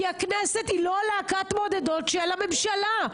כי הכנסת היא לא להקת מעודדות של הממשלה.